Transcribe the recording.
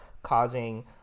causing